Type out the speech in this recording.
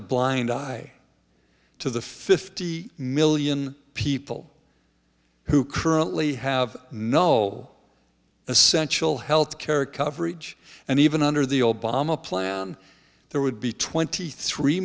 a blind eye to the fifty million people who currently have no essential health care coverage and even under the obama plan there would be twenty three